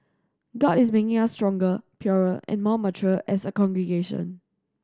god is making us stronger purer and more mature as a congregation